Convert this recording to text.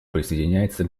присоединяется